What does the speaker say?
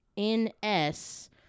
NS